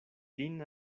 lin